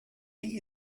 die